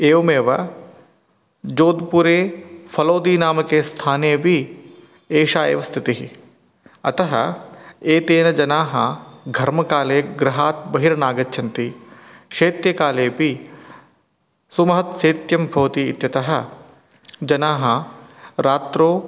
एवमेव जोद्पुरे फ़लोदिनामके स्थाने अपि एषा एव स्थितिः अतः एतेन जनाः घर्मकाले गृहात् बहिर्नागच्छन्ति शैत्यकालेऽपि सुमः शैत्यं भवति इत्यतः जनाः रात्रौ